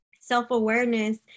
self-awareness